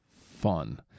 fun